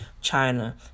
China